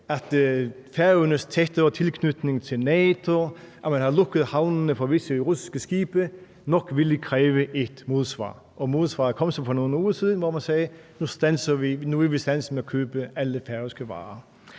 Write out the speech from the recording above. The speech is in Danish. at Færøernes tættere tilknytning til NATO, og at man havde lukket havnene for visse russiske skibe, nok ville kræve et modsvar. Modsvaret kom så for nogle uger siden, hvor man sagde: Nu vil vi stoppe med at købe alle færøske varer.